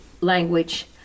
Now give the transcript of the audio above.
language